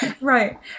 right